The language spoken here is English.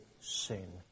sin